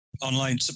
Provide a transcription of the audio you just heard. Online